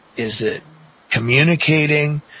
is it communicating?